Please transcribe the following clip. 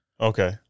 Okay